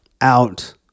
out